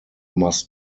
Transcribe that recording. must